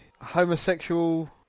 homosexual